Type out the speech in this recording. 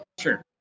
Sure